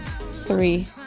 Three